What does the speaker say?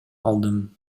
алдым